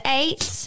eight